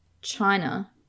China